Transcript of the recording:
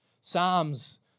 Psalms